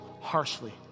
harshly